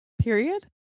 period